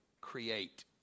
Create